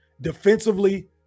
Defensively